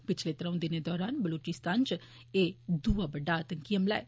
पिछले त्र'ऊं दिनें दौरान बलोचिस्तान इच एह् दुआ बड्डा आतंकी हमला ऐ